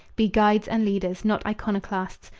be guides and leaders, not iconoclasts.